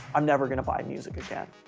i'm never going to buy music again.